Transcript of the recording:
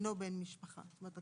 שאינו בן משפחה; זאת אומרת,